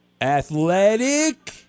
Athletic